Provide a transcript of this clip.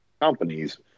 companies